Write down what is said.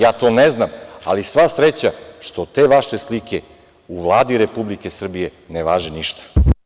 Ja to ne znam, ali sva sreća što te vaše slike u Vladi Republike Srbije ne važe ništa.